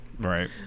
right